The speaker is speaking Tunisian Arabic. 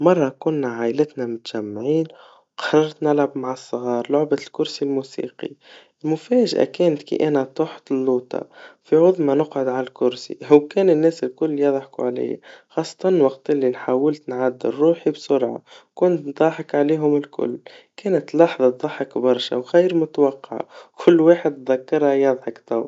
مرا كنا عايلتنا متحجمعين, وخرت نلعب مع الصغار لعبة الكرسي الووسيقي, المفاجأا كانت كي أنا طحت للأسفل, بدل ما نقعد الكرسي, وكان الناس الكل يضحكوا عليا, خاصةً الوقت اللي نحاولت نعدل روحي بسرعا, وكنت نضحك عليهم الكل, كانت لحظة تضحك برشا وغير متوقعا, وكل واحد تذكرها يضحك تو.